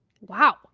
wow